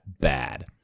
bad